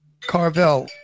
Carvel